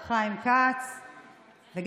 בבקשה,